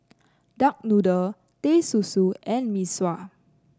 Duck Noodle Teh Susu and Mee Sua